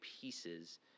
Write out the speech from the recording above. pieces